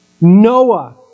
noah